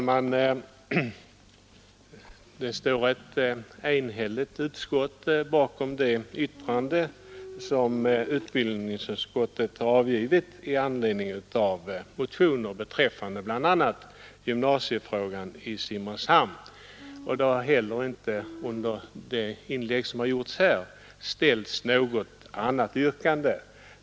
Herr talman! Ett enhälligt utskott står bakom det yttrande som utbildningsutskottet har avgivit i anledning av en motion om gymnasiefrågan i Simrishamn. I de inlägg som gjorts har inte heller något annat yrkande ställts.